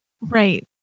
Right